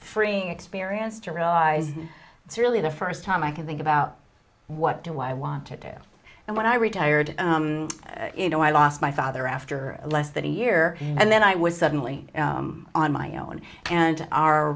freeing experience to realize it's really the first time i can think about what do i want to do and when i retired you know i lost my father after less than a year and then i was suddenly on my own and our